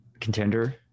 contender